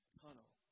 tunnel